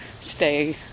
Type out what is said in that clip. stay